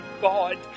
God